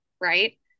right